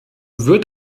wird